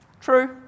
True